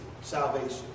salvation